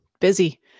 Busy